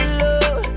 love